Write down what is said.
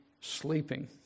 sleeping